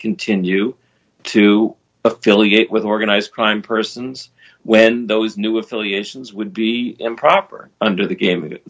continue to affiliate with organized crime persons when those new affiliations would be improper under the game a